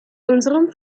unserem